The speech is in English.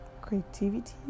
creativity